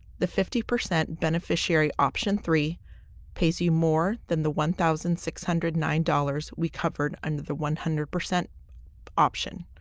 the fifty percent beneficiary option three pays you more than the one thousand six hundred and nine dollars we covered under the one hundred percent option,